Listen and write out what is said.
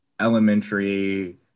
elementary